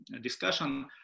discussion